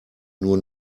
nur